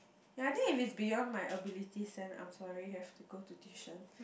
ya I think it's beyond my ability sense ah sorry I have to go to tuition